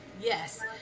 Yes